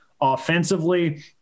offensively